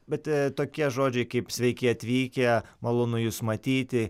bet tokie žodžiai kaip sveiki atvykę malonu jus matyti